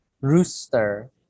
rooster